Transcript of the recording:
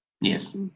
Yes